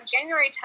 January